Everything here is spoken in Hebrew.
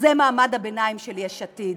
אז זה מעמד הביניים של יש עתיד.